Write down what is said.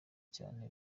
cyane